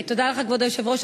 תודה לך, כבוד היושב-ראש.